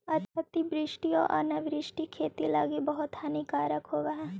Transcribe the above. अतिवृष्टि आउ अनावृष्टि खेती लागी बहुत हानिकारक होब हई